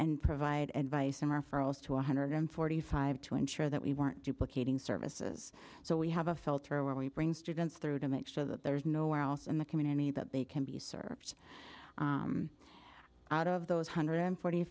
and provide advice and referrals to one hundred forty five to ensure that we weren't duplicating services so we have a filter where we bring students through to make sure that there's nowhere else in the community that they can be served out of those hundred forty